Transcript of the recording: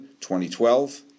2012